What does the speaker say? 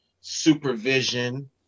supervision